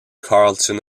carlton